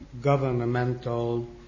governmental